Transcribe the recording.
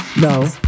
No